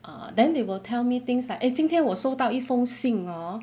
ah then they will tell me things like eh 今天我收到一封信 hor